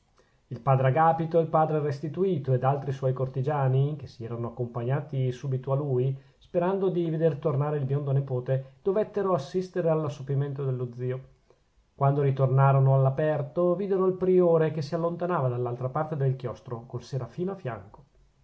il padre agapito il padre restituto ed altri suoi cortigiani che si erano accompagnati subito a lui sperando di veder tornare il biondo nepote dovettero assistere all'assopimento dello zio quando ritornarono all'aperto videro il priore che si allontanava dall'altra parte del chiostro col serafino a fianco